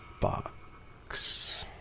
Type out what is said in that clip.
box